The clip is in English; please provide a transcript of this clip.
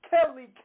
Kelly